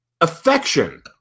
Affection